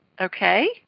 Okay